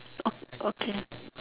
oh okay